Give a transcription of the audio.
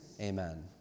Amen